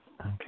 Okay